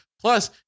Plus